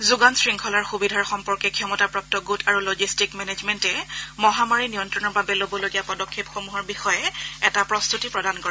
যোগান শৃংখলাৰ সুবিধাৰ সম্পৰ্কে ক্ষমতাপ্ৰাপ্ত গোট আৰু লজিষ্টিক মেনেজমেণ্টে মহামাৰী নিয়ন্ত্ৰণৰ বাবে ল'বলগীয়া পদক্ষেপসমূহৰ বিষয়ে এটা প্ৰস্ততি প্ৰদান কৰে